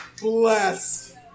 Bless